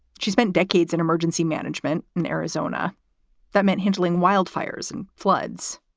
she spent decades in emergency management in arizona that meant handling wildfires and floods.